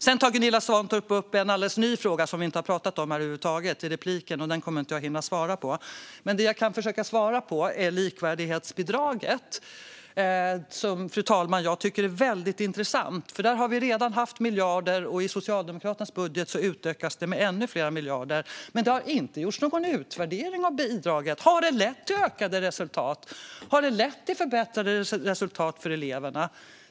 Sedan tar Gunilla Svantorp upp en alldeles ny fråga som vi har inte har pratat om här över huvud taget, och den kommer jag inte att hinna svara på. Men det jag kan försöka svara på är frågan om likvärdighetsbidraget, som jag tycker är intressant. Där har det redan varit miljarder, och i Socialdemokraternas budget utökas det med ännu fler miljarder. Men det har inte gjorts någon utvärdering av bidraget. Har det lett till ökade resultat? Har det lett till förbättrade resultat för eleverna?